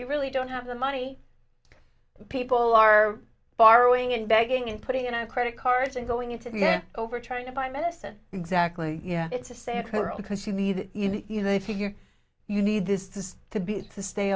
you really don't have the money people are borrowing and begging and putting in a credit card and going into the air over trying to buy medicine exactly yeah it's a say occur because you need you know they figure you need this to be to stay